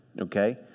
okay